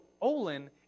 olin